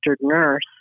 nurse